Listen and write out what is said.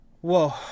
Whoa